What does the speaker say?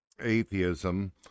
atheism